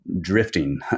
drifting